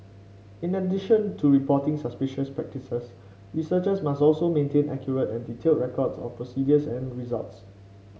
in addition to reporting suspicious practices researchers must also maintain accurate and detailed records of procedures and results